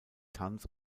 tanz